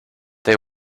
they